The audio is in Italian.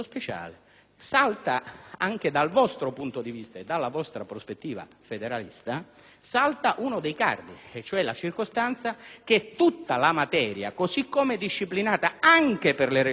anche dal vostro punto di vista e dalla vostra prospettiva federalista uno dei cardini e cioè la circostanza che tutta la materia, così come disciplinata anche per le Regioni a Statuto ordinario